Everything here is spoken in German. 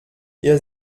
ihr